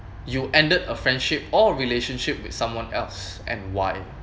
you ended a friendship or relationship with someone else and why